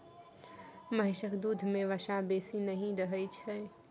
महिषक दूध में वसा बेसी नहि रहइ छै